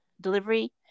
delivery